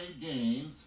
games